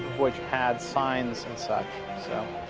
which had signs and such, so.